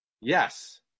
Yes